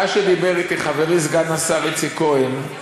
מה שאמר לי חברי סגן השר איציק כהן,